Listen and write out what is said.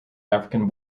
african